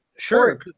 Sure